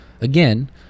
Again